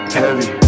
Heavy